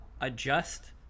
adjust